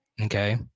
Okay